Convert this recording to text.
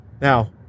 Now